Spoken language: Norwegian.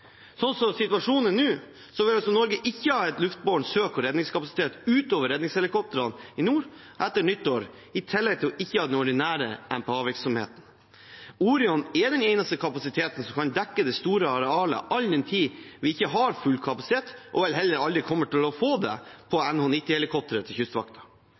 situasjonen er nå, vil Norge etter nyttår ikke ha en luftbåren søk- og redningskapasitet ut over redningshelikoptrene i nord, i tillegg til ikke å ha den ordinære MPA-virksomheten. Orion er den eneste kapasiteten som kan dekke det store arealet, all den tid vi ikke har full kapasitet – og vel heller aldri kommer til å få det – på NH90-helikopteret til Kystvakten.